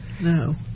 No